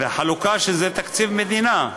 וחלוקה ש, זה תקציב מדינה,